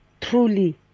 Truly